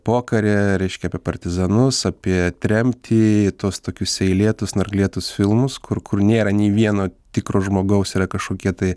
pokarį reiškia apie partizanus apie tremtį tuos tokius seilėtus snarglėtus filmus kur kur nėra nei vieno tikro žmogaus yra kažkokie tai